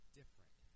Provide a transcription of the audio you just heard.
different